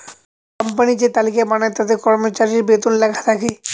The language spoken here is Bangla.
কোম্পানি যে তালিকা বানায় তাতে কর্মচারীর বেতন লেখা থাকে